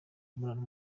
imibonano